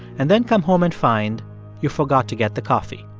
and then come home and find you forgot to get the coffee.